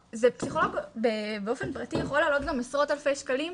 פסיכולוג באופן פרטי יכול לעלות גם עשרות אלפי שקלים.